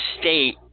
state